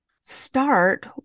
start